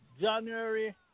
January